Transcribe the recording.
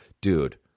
dude